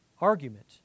argument